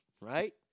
Right